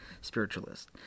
spiritualist